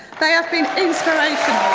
they have been inspirational.